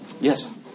Yes